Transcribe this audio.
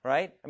Right